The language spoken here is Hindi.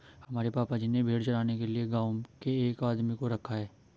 हमारे पापा जी ने भेड़ चराने के लिए गांव के एक आदमी को रखा है